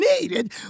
needed